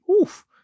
Oof